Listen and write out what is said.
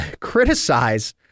criticize